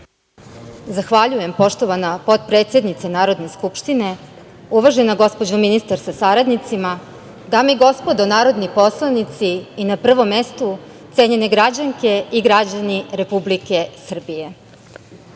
Zahvaljujem, poštovana potpredsednice Narodne skupštine. Uvažena gospođo ministar sa saradnicima, dame i gospodo narodni poslanici i na prvom mestu cenjene građanke i građani Republike Srbije,